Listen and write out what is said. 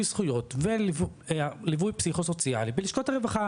זכויות וליווי פסיכו סוציאלי בלשכות הרווחה.